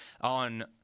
on